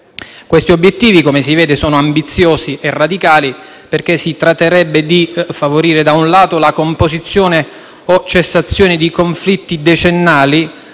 Questi obiettivi, come si vede, sono ambiziosi e radicali, perché si tratterebbe di favorire da un lato la composizione o cessazione di conflitti decennali,